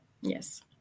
Yes